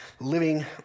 living